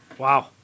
Wow